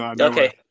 Okay